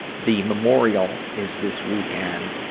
the memorial is this weekend,